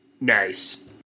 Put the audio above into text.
nice